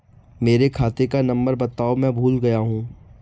मेरे खाते का नंबर बताओ मैं भूल गया हूं